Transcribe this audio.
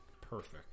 perfect